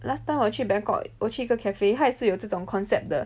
last time 我去 Bangkok 我去一个 cafe 它是有这种 concept 的